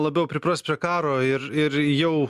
labiau pripras prie karo ir ir jau